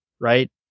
right